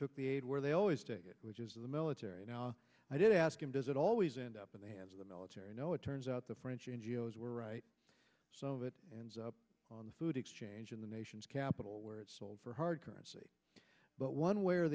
took the aid where they always which is the military and i did ask him does it always end up in the hands of the military no it turns out the french n g o s were right some of it ends up on the food exchange in the nation's capital where it's sold for hard currency but one way or